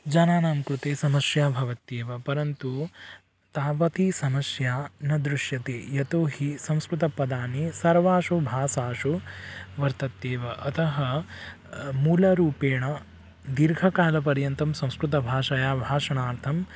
जनानां कृते समस्या भवत्येव परन्तु तावती समस्या न दृश्यते यतो हि संस्कृतपदानि सर्वासु भासासु वर्तते एव अतः मूलरूपेण दीर्घकालपर्यन्तं संस्कृतभाषया भाषणार्थं